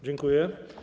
Dziękuję.